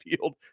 field